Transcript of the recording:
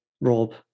Rob